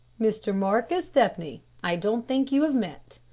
mr. marcus stepney, i don't think you have met.